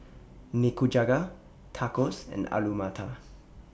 Nikujaga Tacos and Alu Matar